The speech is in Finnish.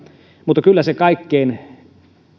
mutta kyllä se kaikkein